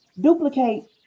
Duplicate